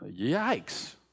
yikes